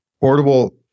portable